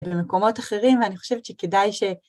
למקומות אחרים, ואני חושבת שכדאי ש...